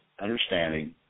understanding